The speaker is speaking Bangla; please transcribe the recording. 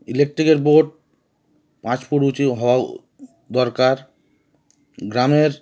ইলেকট্রিকের বোর্ড পাঁচ ফুট উচিত হওয়া দরকার গ্রামের